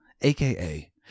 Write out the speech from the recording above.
aka